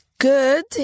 good